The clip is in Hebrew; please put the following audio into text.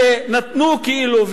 שנתנו כאילו,